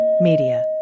Media